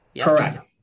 Correct